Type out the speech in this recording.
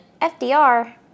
FDR